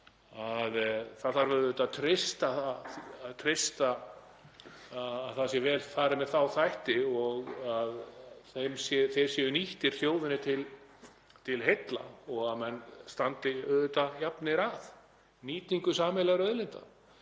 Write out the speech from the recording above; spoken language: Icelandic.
Það þarf auðvitað að treysta á að það sé vel farið með þá þætti og að þeir séu nýttir þjóðinni til heilla og að menn standi jafnir til nýtingar sameiginlegra auðlinda.